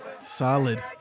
Solid